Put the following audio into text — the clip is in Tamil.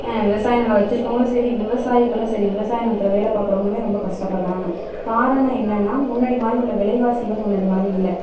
விவசாய நிலம் வச்சுருக்கவங்களும் சரி விவசாயிகளும் சரி விவசாயம் நிலத்துல வேலை பாக்கிறவங்களுமே ரொம்ப கஷ்டப்படுகிறாங்க காரணம் என்னன்னா முன்னாடி மாதிரி உள்ள விலைவாசிகள் முன்னாடி மாதிரி இல்லை